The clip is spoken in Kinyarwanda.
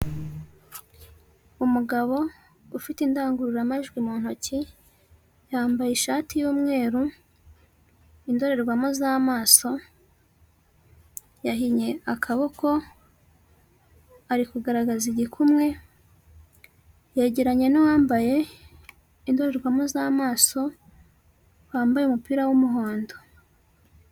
Umugabo ufite indangururamajwi mu ntoki yambaye ishati y'umweru, indorerwamo z'amaso, yahinye akaboko, ari kugaragaza igikumwe, yegeranye n'uwambaye indorerwamo z'amaso wambaye umupira w'umuhondo.